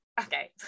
okay